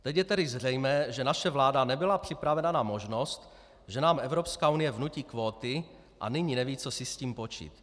Teď je tedy zřejmé, že naše vláda nebyla připravena na možnost, že nám Evropská unie vnutí kvóty, a nyní neví, co si s tím počít.